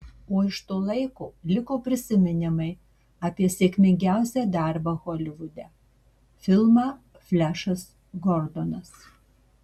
o iš to laiko liko prisiminimai apie sėkmingiausią darbą holivude filmą flešas gordonas